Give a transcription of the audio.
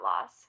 loss